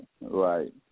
Right